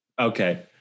okay